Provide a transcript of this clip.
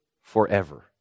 forever